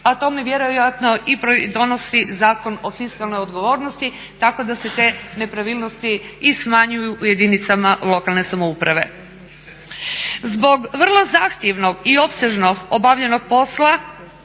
a tome vjerojatno i pridonosi Zakon o fiskalnoj odgovornosti, tako da se te nepravilnosti i smanjuju u jedinicama lokalne samouprave. Zbog vrlo zahtjevnog i opsežno obavljenog posla